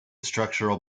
structural